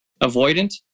avoidant